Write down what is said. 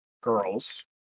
girls